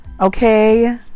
okay